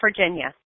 Virginia